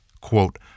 quote